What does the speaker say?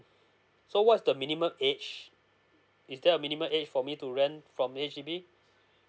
so what's the minimum age is there a minimum age for me to rent from the H_D_B